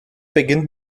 beginnt